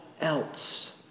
else